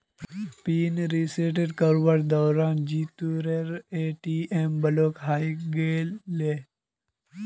pin reset करवार दौरान जीतूर ए.टी.एम ब्लॉक हइ गेले